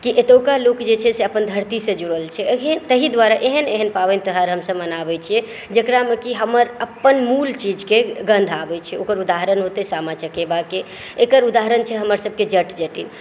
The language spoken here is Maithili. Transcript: कि एतुका लोक जे छै से अपन धरती सॅं जुड़ल छै ताहि दुआरे एहन एहन पाबनि तिहार हमसभ मनाबै छियै जेकरामे कि हमर अपन मूल चीजके गन्ध आबै छै ओकर उदाहरण हेतै सामा चकेवाके एकर उदाहरण छै हमर सभके जट जटिन